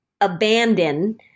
abandon